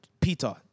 Peter